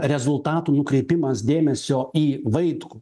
rezultatų nukreipimas dėmesio į vaitkų